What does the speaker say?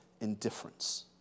indifference